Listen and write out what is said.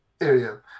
area